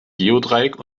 geodreieck